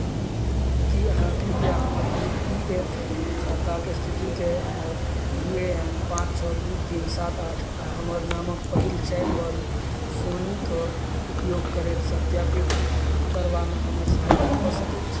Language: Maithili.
की अहाँ कृपया हमर ई पी एफ खाताक स्थितिके हमर यू ए एन पाँच छओ दू तीन सात आठ आ हमर नामक पहिल चारि वर्ण सोनीके उपयोग करैत सत्यापित करबामे हमर सहायता कऽ सकैत छी